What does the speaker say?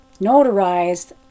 notarized